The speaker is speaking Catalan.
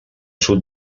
sud